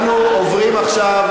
אנחנו עוברים עכשיו,